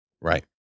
Right